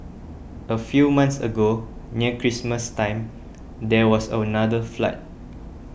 a few months ago near Christmas time there was another flood